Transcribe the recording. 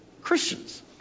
Christians